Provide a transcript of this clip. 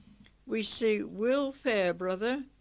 we see will fairbrother,